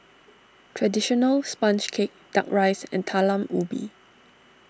Traditional Sponge Cake Duck Rice and Talam Ubi